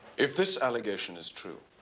if this allegation is true.